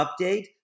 update